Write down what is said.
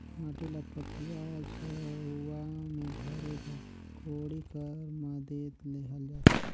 माटी ल पथिया, झउहा मे भरे बर कोड़ी कर मदेत लेहल जाथे